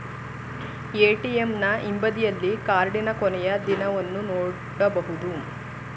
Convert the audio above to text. ಎ.ಟಿ.ಎಂನ ಹಿಂಬದಿಯಲ್ಲಿ ಕಾರ್ಡಿನ ಕೊನೆಯ ದಿನವನ್ನು ನೊಡಬಹುದು